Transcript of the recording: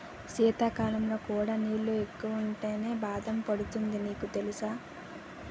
శీతాకాలంలో కూడా నీళ్ళు ఎక్కువుంటేనే బాదం పండుతుందని నీకు తెలుసా?